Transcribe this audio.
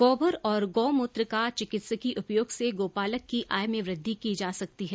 गौबर और गौ मूत्र का चिकित्सीय उपयोग से गोपालक की आय में वृद्धि की जा सकती है